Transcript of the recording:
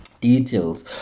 details